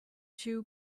shoe